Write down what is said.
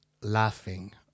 laughing